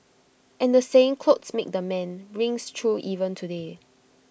and the saying 'clothes make the man' rings true even today